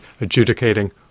adjudicating